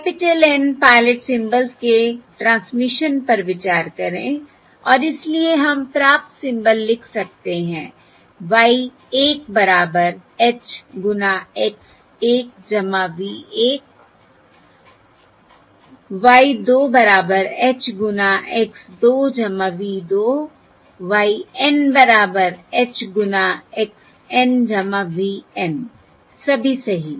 capital N pilot symbols के transmission पर विचार करें और इसलिए हम प्राप्त सिम्बल लिख सकते हैं y 1 बराबर h गुना x 1 v 1 y 2 बराबर h गुना x 2 v 2 y N बराबर h गुना x N v N सभी सही